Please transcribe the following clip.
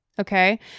Okay